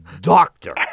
doctor